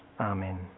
Amen